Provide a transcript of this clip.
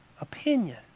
opinion